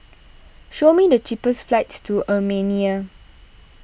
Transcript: show me the cheapest flights to Armenia